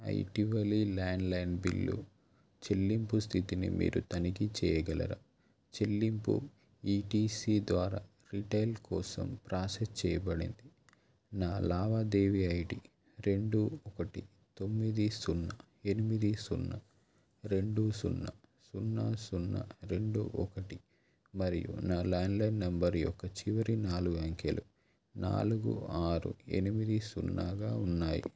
నా ఇటీవల landline bill చెల్లింపు స్థితిని మీరు తనిఖీ చేయగలరా చెల్లింపు ఈటీసీ ద్వారా రీటైల్ కోసం ప్రాసెస్ చేయబడింది నా లావాదేవీ ఐడి రెండు ఒకటి తొమ్మిది సున్నా ఎనిమిది సున్నా రెండు సున్నా సున్నా సున్నా రెండు ఒకటి మరియు నా ల్యాండ్లైన్ నెంబర్ యొక్క చివరి నాలుగు అంకెలు నాలుగు ఆరు ఎనిమిది సున్నాగా ఉన్నాయి